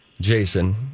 Jason